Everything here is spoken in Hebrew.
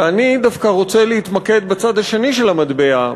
ואני דווקא רוצה להתמקד בצד השני של המטבע,